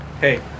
hey